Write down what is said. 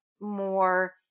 more